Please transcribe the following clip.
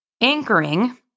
Anchoring